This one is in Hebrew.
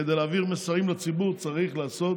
כדי להעביר מסרים לציבור צריך לעשות